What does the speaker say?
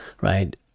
right